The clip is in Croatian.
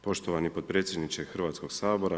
Poštovani potpredsjedniče Hrvatskog sabora.